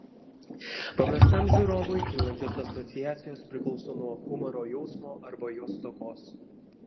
paprastam žiūrovui kylančios asociacijos priklauso nuo humoro jausmo arba jo stokos